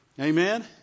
Amen